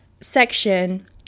section